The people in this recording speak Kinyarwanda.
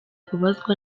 kubazwa